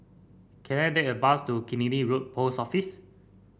can I take a bus to Killiney Road Post Office